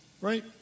Right